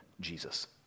Jesus